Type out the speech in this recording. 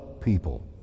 people